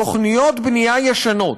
תוכניות בנייה ישנות,